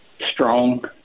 strong